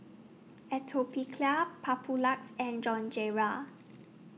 Atopiclair Papulex and